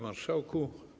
Marszałku!